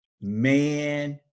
man